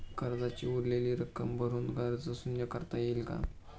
कर्जाची उरलेली रक्कम भरून कर्ज शून्य करता येईल का?